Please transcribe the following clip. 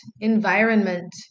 environment